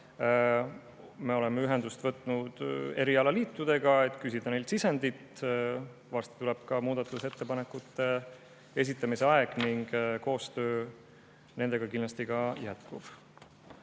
Me oleme ühendust võtnud erialaliitudega, et küsida neilt sisendit. Varsti tuleb ka muudatusettepanekute esitamise aeg ning koostöö nendega kindlasti jätkub.